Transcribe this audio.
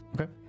Okay